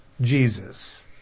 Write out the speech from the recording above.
Jesus